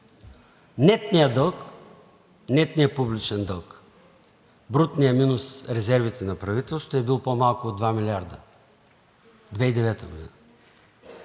публичен дълг. Нетният публичен дълг – брутният минус резервите на правителството, е бил по-малък от два милиарда 2009 г.